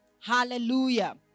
Hallelujah